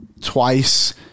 twice